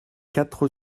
quatre